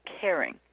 caring